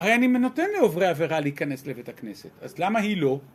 הרי אני נותן לעוברי עבירה להיכנס לבית הכנסת, אז למה היא לא?